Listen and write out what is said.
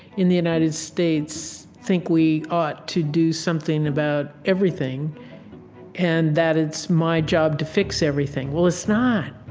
in the united states, think we ought to do something about everything and that it's my job to fix everything. well it's not.